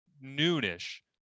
noon-ish